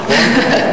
נכון?